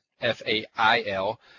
F-A-I-L